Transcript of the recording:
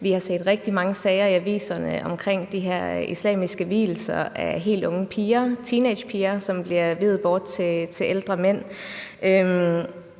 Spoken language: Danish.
Vi har set rigtig mange sager i aviserne omkring de her islamiske vielser af helt unge piger, teenagepiger, som bliver giftet bort til ældre mænd.